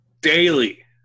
Daily